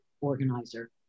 organizer